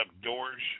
Doors